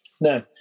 no